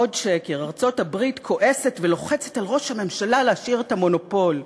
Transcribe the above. עוד שקר: ארצות-הברית כועסת ולוחצת על ראש הממשלה להשאיר את המונופול.